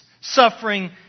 suffering